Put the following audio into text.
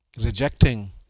rejecting